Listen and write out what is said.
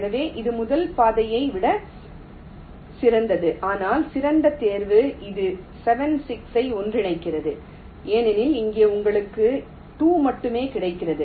எனவே இது முதல் பாதையை விட சிறந்தது ஆனால் சிறந்த தேர்வு இது 7 6 ஐ ஒன்றிணைக்கிறது ஏனெனில் இங்கே உங்களுக்கு 2 மட்டுமே கிடைக்கிறது